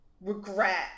regret